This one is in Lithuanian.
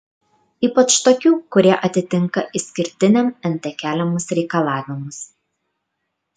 ypač tokių kurie atitinka išskirtiniam nt keliamus reikalavimus